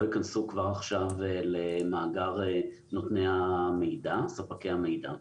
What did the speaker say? יכנסו כבר עכשיו למאגר נותני המידע וספקי המידע.